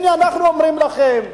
הנה, אנחנו אומרים לכם שקדימה,